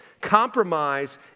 compromise